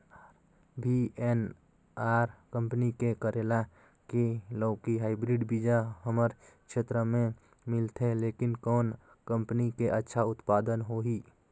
VNR company के करेला की लौकी हाईब्रिड बीजा हमर क्षेत्र मे मिलथे, लेकिन कौन कंपनी के अच्छा उत्पादन होही?